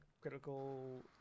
critical